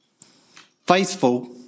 faithful